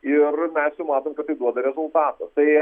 ir mes jau matom kad tai duoda rezultatą tai